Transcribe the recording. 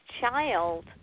child